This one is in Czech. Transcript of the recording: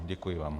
Děkuji vám.